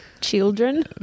Children